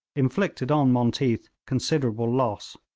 inflicted on monteath considerable loss.